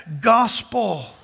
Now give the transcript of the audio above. gospel